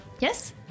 Yes